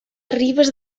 ribes